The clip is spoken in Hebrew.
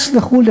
תסלחו לי,